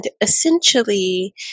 essentially